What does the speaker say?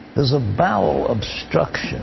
is a bowel obstruction